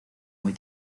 muy